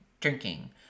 drinking